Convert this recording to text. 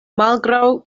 malgraŭ